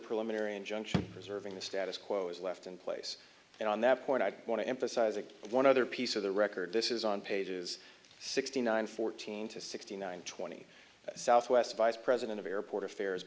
preliminary injunction preserving the status quo is left in place and on that point i want to emphasize again one other piece of the record this is on pages sixty nine fourteen to sixty nine twenty southwest vice president of airport affairs